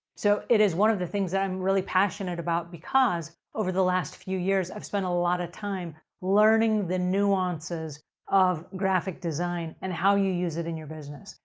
so, it is one of the things i'm really passionate about because over the last few years, i've spent a lot of time learning the nuances of graphic design and how you use it in your business.